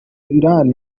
iran